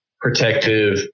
protective